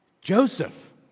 Joseph